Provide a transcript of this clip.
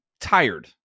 tired